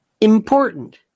important